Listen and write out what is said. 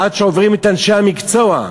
עד שעוברים את אנשי המקצוע.